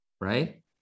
Right